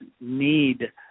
need